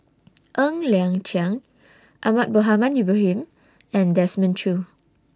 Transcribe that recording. Ng Liang Chiang Ahmad Mohamed Ibrahim and Desmond Choo